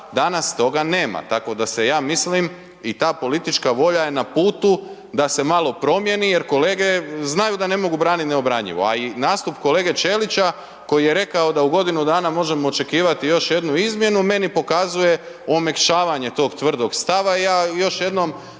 danas toga nema. Tako da se ja mislim i ta politička volja je na putu da se malo promijeni jer kolege znaju da ne mogu braniti neobranjivo, a i nastup kolege Ćelića koji je rekao da u godinu dana možemo očekivati još jednu izmjenu meni pokazuje omekšavanje tog tvrdog stava i ja još jednom